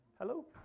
Hello